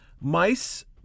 Mice